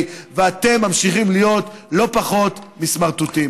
ואתם ממשיכים להיות לא פחות מסמרטוטים.